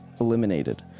eliminated